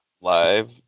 live